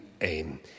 aim